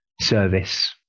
service